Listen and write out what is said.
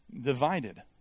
divided